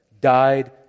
died